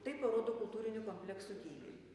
tai parodo kultūrinių kompleksų gylį